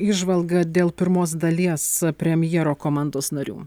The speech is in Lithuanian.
įžvalga dėl pirmos dalies premjero komandos narių